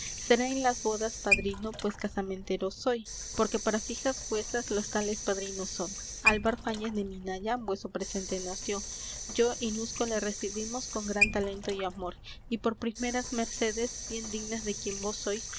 seré en las bodas padrino pues casamentero soy porque para fijas vuesas los tales padrinos son álvar fáñez de minaya vueso presente nos dió yo y nusco le recibimos con gran talento y amor y por primeras mercedes bien dignas de quien vos sois